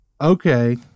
Okay